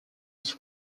his